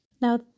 Now